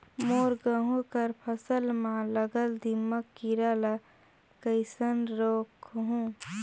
मोर गहूं कर फसल म लगल दीमक कीरा ला कइसन रोकहू?